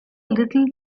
little